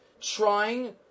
trying